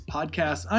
Podcast